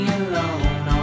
alone